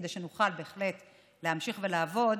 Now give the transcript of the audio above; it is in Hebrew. כדי שנוכל בהחלט להמשיך ולעבוד